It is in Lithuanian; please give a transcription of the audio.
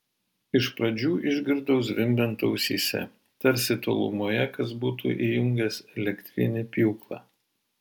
iš pradžių išgirdau zvimbiant ausyse tarsi tolumoje kas būtų įjungęs elektrinį pjūklą